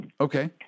Okay